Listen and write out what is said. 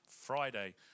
Friday